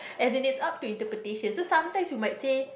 as in is up to interpretation so sometimes you might say